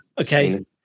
okay